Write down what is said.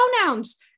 pronouns